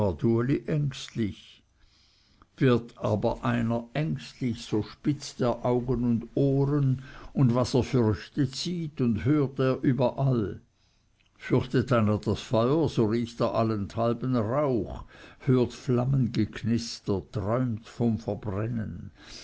ängstlich wird einer aber ängstlich spitzt er augen und ohren und was er fürchtet sieht und hört er allüberall fürchtet einer das feuer so riecht er allenthalben rauch hört flammengeknister träumt vom verbrennen